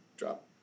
Drop